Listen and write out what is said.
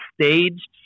staged